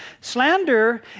Slander